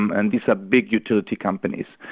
um and these are big utility companies.